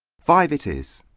five it is.